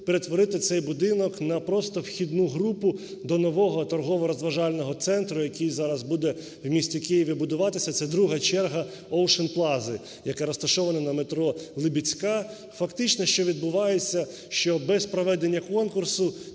Перетворити цей будинок на просто вхідну групу до нового торгово-розважального центру, який зараз буде в місті Києві будуватися, це друга чергаOcean Plaza, яка розташована на метро "Либідська". Фактично, що відбувається, що без проведення конкурсу